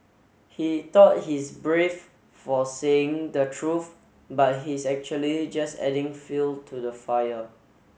he thought he's brave for saying the truth but he's actually just adding fuel to the fire